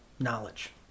knowledge